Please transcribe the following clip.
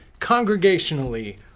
congregationally